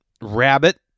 Rabbit